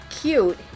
cute